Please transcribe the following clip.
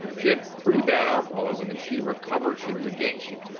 she had pretty bad alcoholism and she recovered, she regained. she,